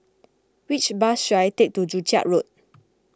which bus should I take to Joo Chiat Road